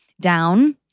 down